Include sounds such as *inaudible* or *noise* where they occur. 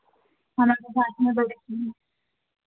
वरना तो बाद में *unintelligible*